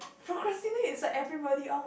procrastinate is like everybody oh my